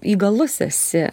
įgalus esi